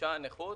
משהתגבשה הנכות,